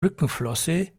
rückenflosse